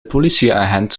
politieagent